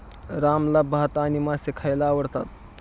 रामला भात आणि मासे खायला आवडतात